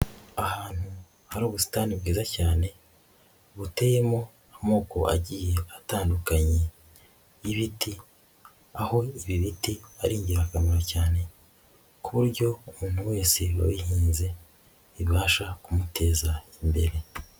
Ahantu hari ubusitani bwiza cyane buteyemo amoko agiye atandukanye y'ibiti, aho ibi biti ari ingirakamaro cyane ku buryo umuntu wese wabihinze bibasha kumuteza imbere.